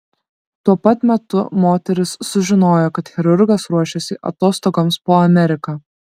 tuo pat metu moteris sužinojo kad chirurgas ruošiasi atostogoms po ameriką